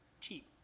cheap